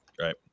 Right